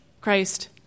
Christ